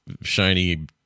shiny